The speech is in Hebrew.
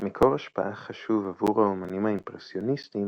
מקור השפעה חשוב עבור האמנים האימפרסיוניסטים